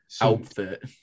outfit